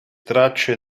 tracce